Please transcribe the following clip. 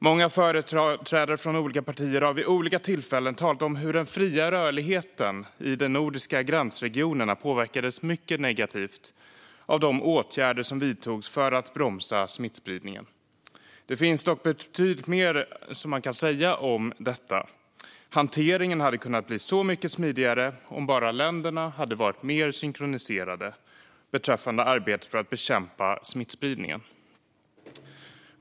Många företrädare från olika partier har vid olika tillfällen talat om hur den fria rörligheten i de nordiska gränsregionerna påverkades mycket negativt av de åtgärder som vidtogs för att bromsa smittspridningen. Det finns dock betydligt mycket mer som man kan säga om detta. Hanteringen hade kunnat bli så mycket smidigare om bara länderna hade varit bättre synkroniserade beträffande arbetet med att bekämpa smittspridningen.